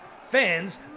Fans